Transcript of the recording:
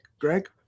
Greg